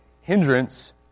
hindrance